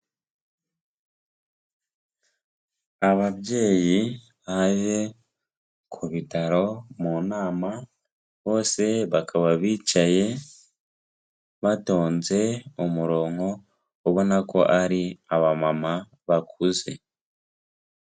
Ababyeyi baje ku bitaro mu nama, bose bakaba bicaye batonze umurongo, ubona ko ari aba mama bakuze.